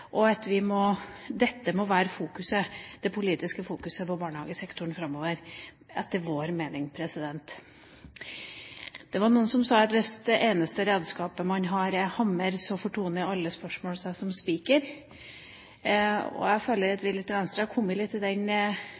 Dette må være det politiske fokuset på barnehagesektoren framover, etter vår mening. Det var noen som sa at hvis det eneste redskapet man har, er en hammer, så fortoner alle spørsmål seg som spiker. Jeg føler at vi i Venstre har kommet litt i den